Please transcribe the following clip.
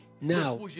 Now